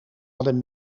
hadden